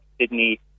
Sydney